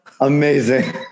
Amazing